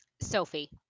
Sophie